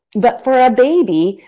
but, for a baby,